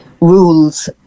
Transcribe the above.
rules